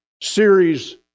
series